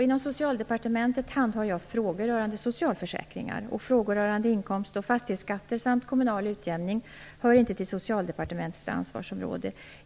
Inom Socialdepartementet handhar jag frågor rörande socialförsäkringar. Frågor rörande inkomst och fastighetsskatter samt kommunal utjämning hör inte till Socialdepartementets ansvarsområde.